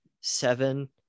seven